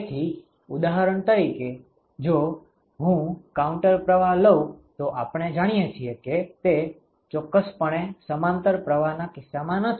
તેથી ઉદાહરણ તરીકે જો હું કાઉન્ટર પ્રવાહ લઉં તો આપણે જાણીએ છીએ કે તે ચોક્કસપણે સમાંતર પ્રવાહના કિસ્સામાં નથી